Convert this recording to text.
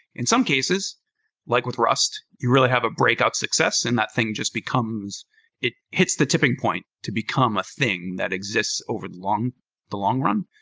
in some cases like with rust, you really have a breakout success and that thing just becomes it hits the tipping point to become a thing that exists over the long run.